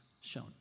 shown